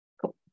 Cool